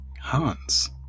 Hans